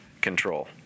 control